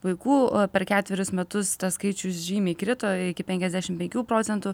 vaikų per ketverius metus tas skaičius žymiai krito iki penkiasdešim penkių procentų